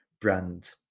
brand